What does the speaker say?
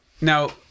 Now